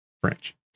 French